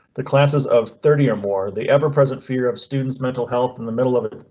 the classes of thirty or more. the ever present fear of students mental health in the middle of it.